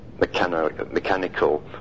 mechanical